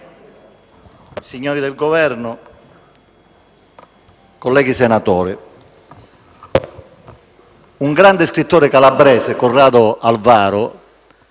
signori del Governo, colleghi senatori, un grande scrittore calabrese, uno dei